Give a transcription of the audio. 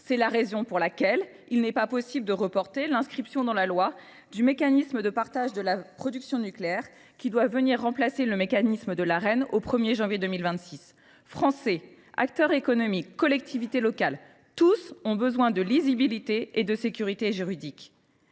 C’est la raison pour laquelle il n’est pas possible de reporter l’inscription dans la loi du mécanisme de partage de la production nucléaire qui doit venir remplacer le mécanisme de l’Arenh au 1 janvier 2026. Français, acteurs économiques, collectivités locales, tous ont besoin de sécurité juridique.